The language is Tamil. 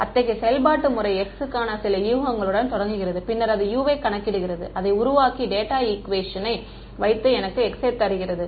அத்தகைய செயல்பாட்டு முறை x க்கான சில யூகங்களுடன் தொடங்குகிறது பின்னர் அது U வை கணக்கிடுகிறது அதை உருவாக்கி டேட்டா ஈக்குவேஷனை வைத்து எனக்கு x யை தருகிறது